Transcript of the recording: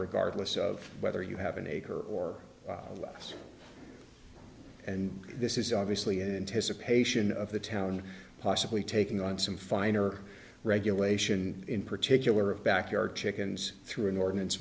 regardless of whether you have an acre or less and this is obviously anticipation of the town possibly taking on some finer regulation in particular of backyard chickens through an ordinance